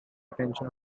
attention